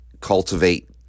cultivate